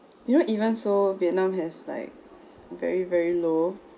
you know even so vietnam has like very very low